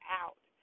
out